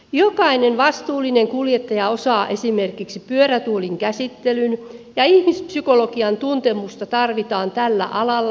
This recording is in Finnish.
jokainen vastuullinen kuljettaja osaa esimerkiksi pyörätuolin käsittelyn ja ihmispsykologian tuntemusta tarvitaan tällä alalla